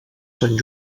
sant